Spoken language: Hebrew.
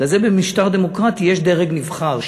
אבל לכן במשטר דמוקרטי יש דרג נבחר,